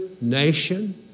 nation